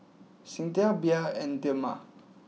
Singtel Bia and Dilmah